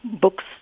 books